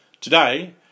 Today